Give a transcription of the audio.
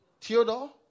Theodore